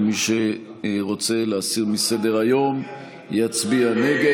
ומי שרוצה להסיר מסדר-היום יצביע נגד.